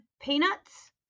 peanuts